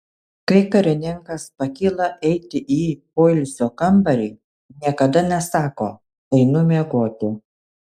kai karininkas pakyla eiti į poilsio kambarį niekada nesako einu miegoti